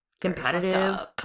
competitive